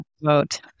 vote